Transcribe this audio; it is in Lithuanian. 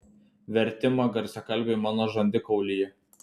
vertimą garsiakalbiui mano žandikaulyje